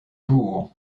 jour